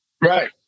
Right